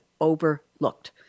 overlooked